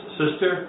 sister